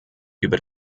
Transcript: über